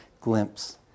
glimpse